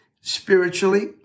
spiritually